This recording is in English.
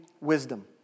wisdom